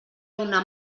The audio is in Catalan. una